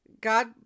God